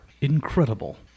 Incredible